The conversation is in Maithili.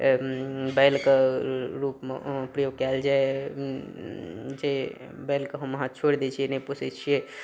बैलके रूपमे प्रयोग कएल जाए जे बैलके हम अहाँ छोड़ि दै छिए नहि पोसै छिए